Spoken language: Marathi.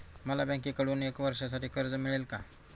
मला बँकेकडून एका वर्षासाठी कर्ज मिळेल का?